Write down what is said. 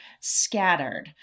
scattered